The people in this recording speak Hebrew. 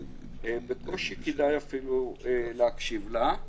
בקושי כדאי להקשיב לה,